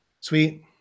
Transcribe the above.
sweet